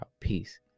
peace